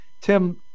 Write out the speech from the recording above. Tim